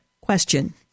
question